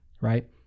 right